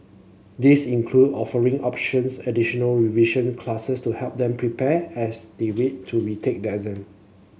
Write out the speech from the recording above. this include offering options additional revision classes to help them prepare as they wait to retake their